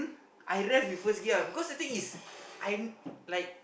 I rev with first gear lah cause the thing is I like